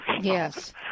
yes